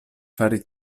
fari